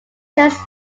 just